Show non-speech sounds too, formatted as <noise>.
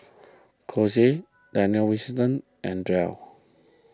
Kose Daniel <unintelligible> and Dell